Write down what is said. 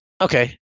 Okay